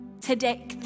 today